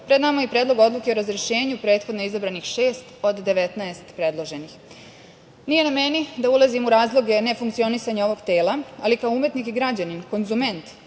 pred nama i je i Predlog odluke o razrešenju prethodno izabranih šest od 19 predloženih. Nije na meni da ulazim u razloge ne funkcionisanja ovog tela, ali kao umetnik i građanin, konzument